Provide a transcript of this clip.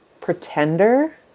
pretender